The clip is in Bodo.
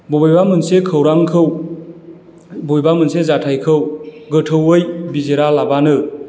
मबेबा मोनसे खौरांखौ बबेबा मोनसे जाथायखौ गोथौवै बिजिरालाबानो